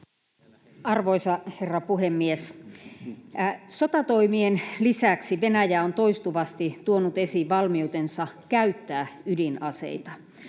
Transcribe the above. Arvoisa herra puhemies! Sotatoimien lisäksi Venäjä on toistuvasti tuonut esiin valmiutensa käyttää ydinaseita.